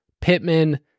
Pittman